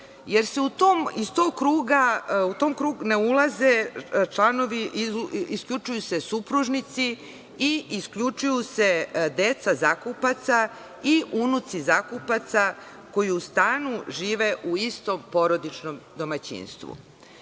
raniji Zakona, jer u taj krug ne ulaze članovi, isključuju se supružnici i isključuju se deca zakupaca i unuci zakupaca, koji u stanu žive u istom porodičnom domaćinstvu.